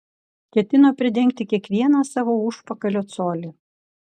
ketino pridengti kiekvieną savo užpakalio colį